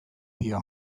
dio